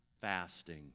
fasting